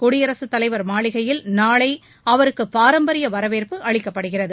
குடியரசுத் தலைவர் மாளிகையில் நாளை அவருக்கு பாரம்பரிய வரவேற்பு அளிக்கப்படுகிறது